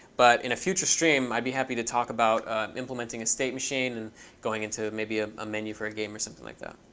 but in a future stream, i'd be happy to talk about implementing a state machine and going into maybe a a menu for a game or something like that.